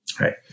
right